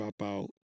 dropout